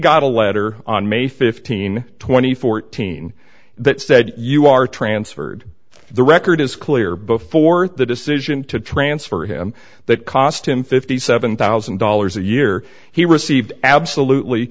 got a letter on may fifteen twenty fourteen that said you are transferred the record is clear before the decision to transfer him that cost him fifty seven thousand dollars a year he received absolutely